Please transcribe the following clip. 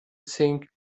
think